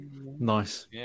Nice